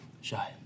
Shy